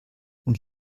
und